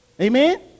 Amen